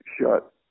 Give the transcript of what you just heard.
shut